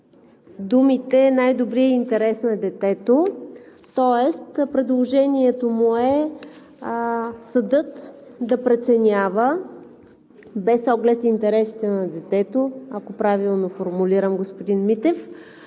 думите „най-добрия интерес на детето“, тоест предложението му е съдът да преценява без оглед интересите на детето, ако правилно формулирам господин Митев,